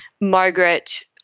Margaret